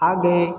आगे